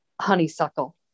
honeysuckle